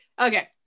Okay